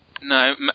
No